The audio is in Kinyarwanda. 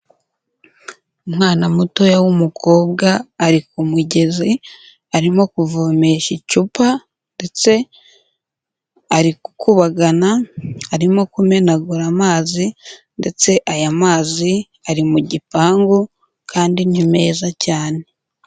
Umwana mutoya w'umukobwa ari ku mugezi arimo kuvomesha icupa, ndetse ari gukubagana arimo kumenagura amazi, ndetse aya mazi ari mu gipangu, kandi ni meza cyane.